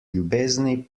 ljubezni